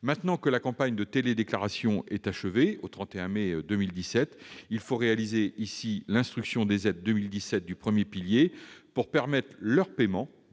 repris. La campagne de télédéclaration s'étant achevée le 31 mai 2017, il faut réaliser l'instruction des aides 2017 du premier pilier pour permettre leur paiement